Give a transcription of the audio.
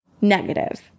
negative